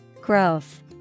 Growth